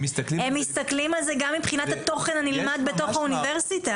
הם מסתכלים על זה גם מבחינת התוכן הנלמד בתוך האוניברסיטה.